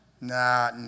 Nah